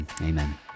Amen